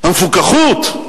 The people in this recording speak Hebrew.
המפוכחות,